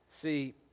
See